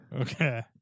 okay